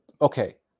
okay